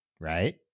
Right